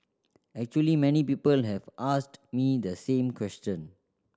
actually many people have asked me the same question